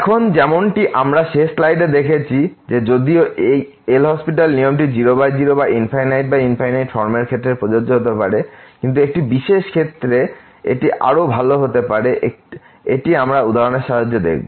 এখন যেমনটি আমরা শেষ স্লাইডে দেখেছি যে যদিও এই LHospital নিয়মটি 00 বা ∞∞ ফর্মের ক্ষেত্রে প্রযোজ্য হতে পারে কিন্তু একটি বিশেষ ক্ষেত্রে এটি আরও ভাল হতে পারে এটি আমরা উদাহরণের সাহায্যে দেখব